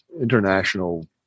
international